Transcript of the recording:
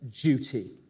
duty